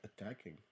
attacking